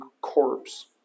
corpse